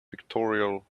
pictorial